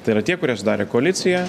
tai yra tie kurie sudarė koaliciją